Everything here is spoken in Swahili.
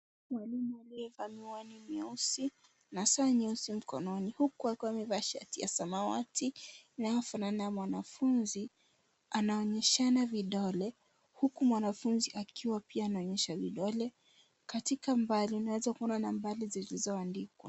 Mwalimu aliyevaa miwani meusi na saa nyeusi mkononi huku akiwa amevaa shati ya samawati inayofanana na ya mwanafunzi . Anaonyeshana vidole huku mwanafunzi akiwa pia anaonyesha vidole. Katika mbali unaweza kuona nambari zilizoandikwa.